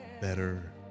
better